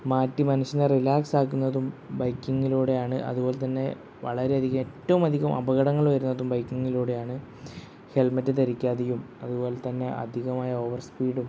മാറ്റി മനുഷ്യനെ റിലാക്സാക്കുന്നതും ബൈക്കിങ്ങിലൂടെയാണ് അതുപോലെതന്നെ വളരെ അധികം ഏറ്റവും അധികം അപകടങ്ങൾ വരുന്നതും ബൈക്കിങ്ങിലൂടെയാണ് ഹെൽമറ്റ് ധരിക്കാതെയും അതുപോലെതന്നെ അധികമായ ഓവർ സ്പീഡും